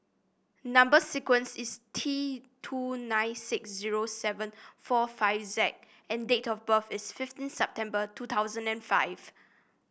number sequence is T two nine six zero seven four five Z and date of birth is fifteen September two thousand and five